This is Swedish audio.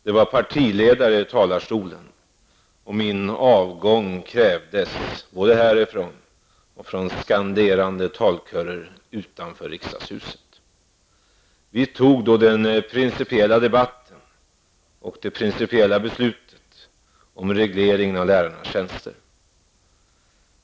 Det var partiledare i talarstolen, och min avgång krävdes både härifrån talarstolen och av skanderande talkörer utanför rikdagshuset. Vi tog då den pricipiella debatten och fattade det principiella beslutet om regleringen av lärarnas tjänster.